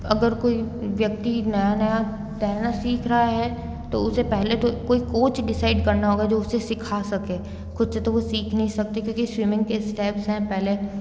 अगर कोई व्यक्ति नया नया तैरना सीख रहा है तो उसे पहले तो कोई कोच डिसाइड करना होगा जो उसे सीखा सके खुद से तो वो सीख नहीं सकते क्योंकि स्विमिंग के स्टेप्स हैं पहले